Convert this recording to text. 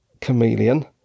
Chameleon